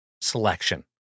selection